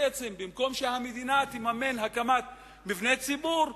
במקום שהמדינה תממן הקמת מבני ציבור,